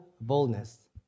boldness